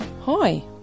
hi